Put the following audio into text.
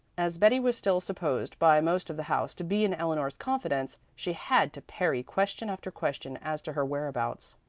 as betty was still supposed by most of the house to be in eleanor's confidence, she had to parry question after question as to her whereabouts.